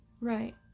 Right